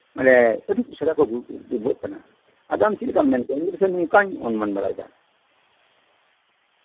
ᱢᱟᱱᱮ ᱟᱹᱰᱤ ᱩᱥᱟᱹᱨᱟ ᱠᱚ ᱰᱩᱵᱟᱹᱜ ᱠᱟᱱᱟ ᱟᱫᱚ ᱟᱢ ᱪᱮᱫ ᱞᱮᱠᱟᱢ ᱢᱮᱱ ᱵᱟᱲᱟᱭᱮᱟ ᱤᱧ ᱫᱚ ᱱᱚᱝᱠᱟᱧ ᱚᱱᱩᱢᱟᱱ ᱵᱟᱲᱟᱭᱮᱫᱟ